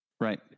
Right